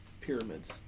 pyramids